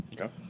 okay